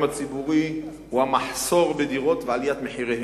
הציבורי הוא המחסור בדירות ועליית מחיריהן,